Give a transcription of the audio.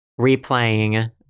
replaying